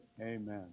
Amen